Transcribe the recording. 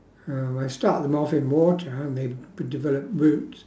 um I start them off in water and they develop roots